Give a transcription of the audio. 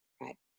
Right